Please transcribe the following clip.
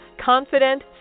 Confident